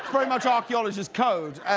pretty much archaeologist code.